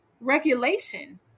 regulation